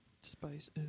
Spice